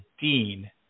Dean